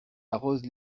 arrose